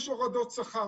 יש הורדות שכר.